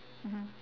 mmhmm